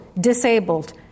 disabled